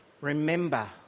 remember